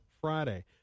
Friday